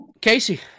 Casey